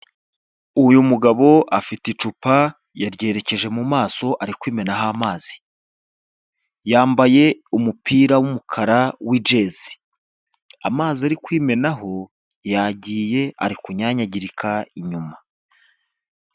Uyu mugabo afite icupa yaryerekeje mu maso ari kwimenaho amazi, yambaye umupira w'umukara w'ijezi amazi ari kwimenaho yagiye ari kunyanyagirika inyuma.